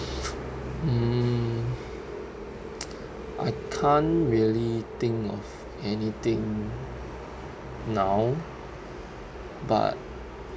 mm I can't really think of anything now but